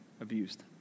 abused